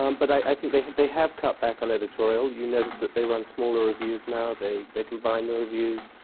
um but i think they they have cut back on editorial. you notice that they run smaller reviews now, they they combine the reviews.